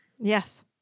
Yes